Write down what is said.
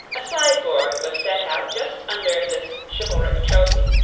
a sideboard was set out just under this chivalric trophy,